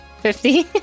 Fifty